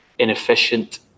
inefficient